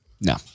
No